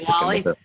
Wally